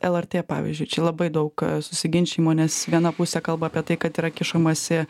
lrt pavyzdžiui čia labai daug susiginčijimo nes viena pusė kalba apie tai kad yra kišamasi